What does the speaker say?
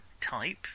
type